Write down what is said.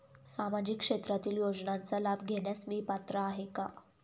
सामाजिक क्षेत्रातील योजनांचा लाभ घेण्यास मी पात्र आहे का?